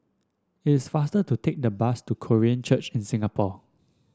it is faster to take the bus to Korean Church in Singapore